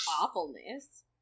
awfulness